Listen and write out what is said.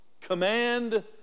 command